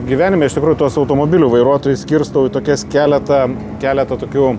gyvenime iš tikrųjų tuos automobilių vairuotojus skirstau į tokias keletą keleto tokių